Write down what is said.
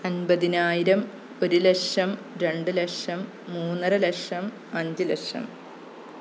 അൻപതിനായിരം ഒരു ലക്ഷം രണ്ട് ലക്ഷം മൂന്നര ലക്ഷം അഞ്ച് ലക്ഷം